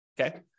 okay